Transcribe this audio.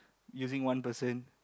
using one person